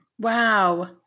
Wow